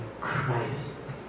Christ